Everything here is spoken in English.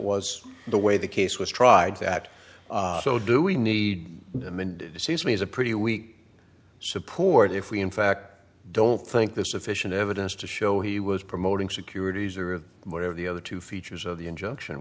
was the way the case was tried that so do we need them and sees me as a pretty weak support if we in fact don't think there's sufficient evidence to show he was promoting securities or whatever the other two features of the injunction